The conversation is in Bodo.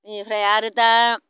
इनिफ्राय आरो दा